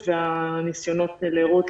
הפעילות והניסיונות להרות,